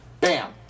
bam